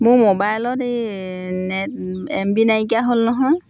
মোৰ মোবাইলত এই নেট এম বি নাইকিয়া হ'ল নহয়